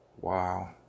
Wow